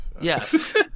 Yes